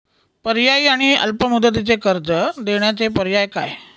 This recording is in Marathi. पर्यायी आणि अल्प मुदतीचे कर्ज देण्याचे पर्याय काय?